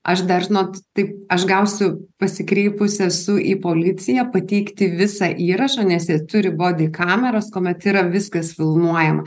aš dar žinot taip aš gausiu pasikreipus esu į policiją pateikti visą įrašą nes jie turi body kameras kuomet yra viskas filmuojama